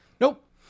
Nope